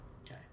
Okay